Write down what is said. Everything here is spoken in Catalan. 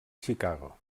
chicago